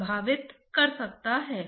तो रक्त कोलेस्ट्रॉल वहन करता है